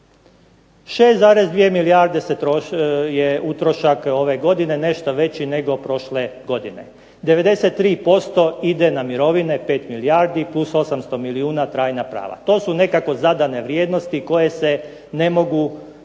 6,2 milijarde je utrošak ove godine. Nešto veći nego prošle godine. 93% ide na mirovine, 5 milijardi plus 800 milijuna trajna prava. To su nekako zadane vrijednosti koje se ne mogu